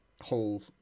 whole